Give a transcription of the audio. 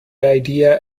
idea